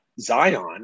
Zion